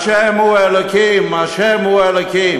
ה' הוא האלוקים, ה' הוא האלוקים.